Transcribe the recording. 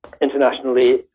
internationally